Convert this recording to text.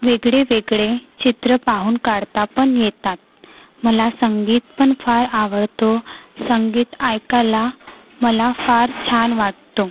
वेगळेवेगळे चित्रं पाहून काढता पण येतात मला संगीत पण फार आवडतो संगीत ऐकायला मला फार छान वाटतो